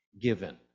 given